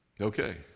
Okay